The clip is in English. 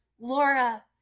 Laura